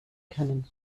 könnten